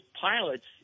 pilots